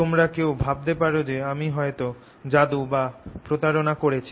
তোমরা কেউ ভাবতে পারো যে আমি হয়েত যাদু বা প্রতারণা করেছি